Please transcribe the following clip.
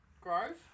Grove